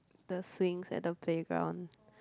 the swings at the playground